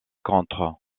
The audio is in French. contre